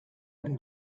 ere